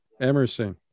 Emerson